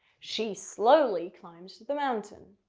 she slowly climbed the mountain.